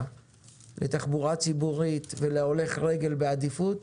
לתחבורה ציבורית ולהולך רגל בעדיפות,